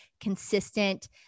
consistent